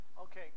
Okay